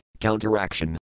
counteraction